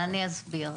אני אסביר.